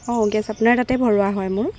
অঁ গেছ আপোনাৰ তাতে ভৰোৱা হয় মোৰ